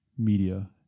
Media